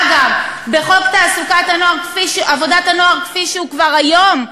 אגב, בחוק עבודת הנוער, כפי שהוא מונח כבר היום,